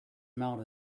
amount